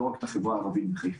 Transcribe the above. לא רק את החברה הערבית בחיפה,